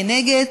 מי נגד?